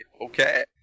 Okay